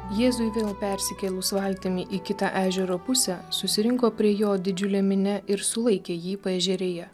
jėzui vėl persikėlus valtimi į kitą ežero pusę susirinko prie jo didžiulė minia ir sulaikė jį paežerėje